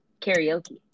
Karaoke